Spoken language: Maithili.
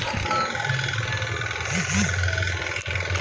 समाज के विकास कोन तरीका से होते?